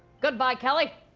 goodbye, kelly!